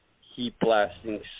heat-blasting